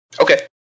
Okay